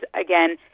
Again